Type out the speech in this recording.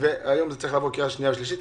והיום זה צריך לבוא לקריאה שנייה ושלישית.